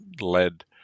led